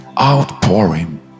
outpouring